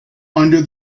under